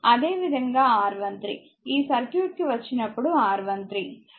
అదేవిధంగా R13 ఈ circuit కు వచ్చినప్పుడు R13